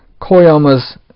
Koyama's